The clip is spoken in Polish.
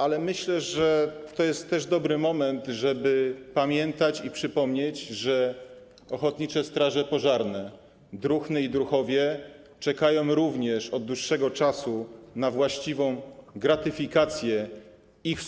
Ale myślę, że to jest też dobry moment, żeby pamiętać i przypomnieć, że ochotnicze straże pożarne, druhny i druhowie, czekają również od dłuższego czasu na właściwą gratyfikację ich,